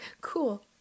cool